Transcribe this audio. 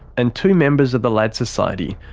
and two members of the lads society,